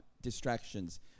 distractions